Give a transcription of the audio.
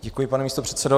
Děkuji, pane místopředsedo.